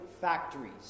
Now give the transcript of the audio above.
factories